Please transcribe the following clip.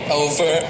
over